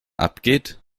abgeht